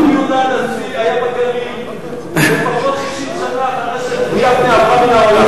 רבי יהודה הנשיא היה בגליל לפחות 60 שנה אחרי שיבנה עברה מן העולם.